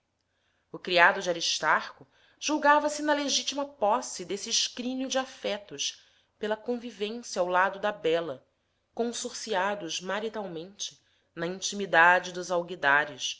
o criado de aristarco julgava-se na legítima posse desse escrínio de afetos pela convivência ao lado da bela consorciados maritalmente na intimidade dos alguidares